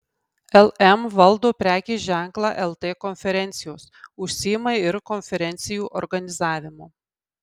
lm valdo prekės ženklą lt konferencijos užsiima ir konferencijų organizavimu